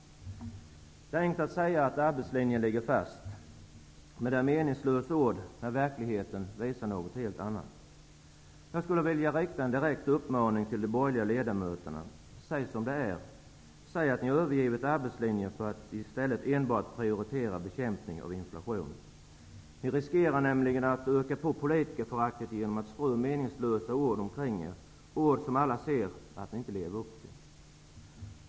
Det är enkelt att säga att arbetslinjen ligger fast, men det är meningslösa ord när verkligheten visar något helt annat. Jag skulle vilja rikta en direkt uppmaning till de borgerliga ledamöterna. Säg som det är. Säg att ni har övergivit arbetslinjen för att i stället enbart prioritera bekämpningen av inflationen. Ni riskerar nämligen att öka på politikerföraktet genom att strö meningslösa ord omkring er, ord som alla ser att ni inte lever upp till.